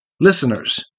Listeners